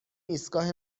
ایستگاه